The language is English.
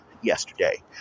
yesterday